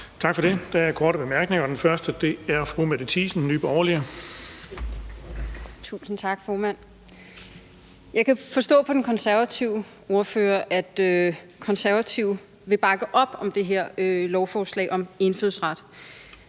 Tak for det. Der er korte bemærkninger, og den første er fra fru Mette Thiesen, Nye Borgerlige. Kl. 14:18 Mette Thiesen (NB): Tusind tak, formand. Jeg kan forstå på den konservative ordfører, at Konservative vil bakke op om det her lovforslag om indfødsret,